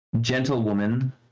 gentlewoman